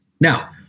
Now